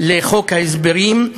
לחוק ההסדרים.